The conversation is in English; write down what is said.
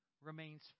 remains